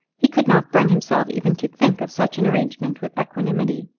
he could not bring himself even to think of such an arrangement with equanimity.